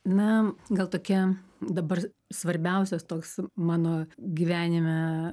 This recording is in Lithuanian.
na gal tokia dabar svarbiausias toks mano gyvenime